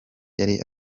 yari